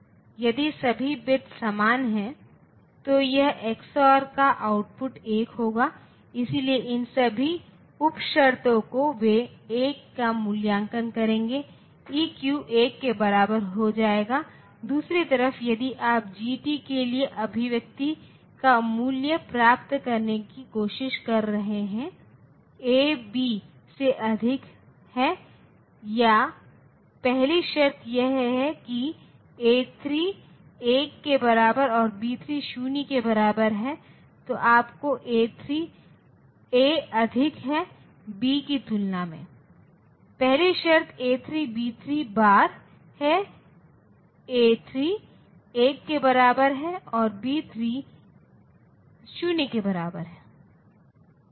तो यदि सभी बिट समान हैं तो यह XNOR का आउटपुट 1 होगा इसलिए इन सभी उप शर्तों को वे 1 का मूल्यांकन करेंगे ईक्यू 1 के बराबर हो जाएगा दूसरी तरफ यदि आप जीटी के लिए अभिव्यक्ति का मूल्य प्राप्त करने की कोशिश कर रहे हैं ए बी से अधिक है या पहली शर्त यह है कि यदि ए 3 1 के बराबर और बी 3 0 के बराबर है तो आपको ए अधिक है बी की तुलना में पहली शर्त ए 3 बी 3 बार है एक 3 1 के बराबर है और बी3 0 के बराबर है